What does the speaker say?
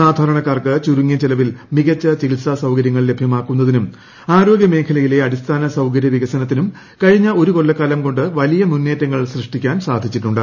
സാധാരണക്കാർക്ക് ചുരുങ്ങിയ ചെലവിൽ മികച്ച ചികിത്സാ സൌകര്യങ്ങൾ ലഭ്യമാക്കുന്നതിനും ആരോഗ്യ മേഖലയിലെ അടിസ്ഥാന സൌകര്യ വികസനത്തിനും കഴിഞ്ഞ ഒരു കൊല്ലക്കാലം കൊണ്ട് വലിയ മുന്നേറ്റങ്ങൾ സൃഷ്ടിക്കാൻ സാധിച്ചിട്ടുണ്ട്